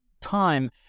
time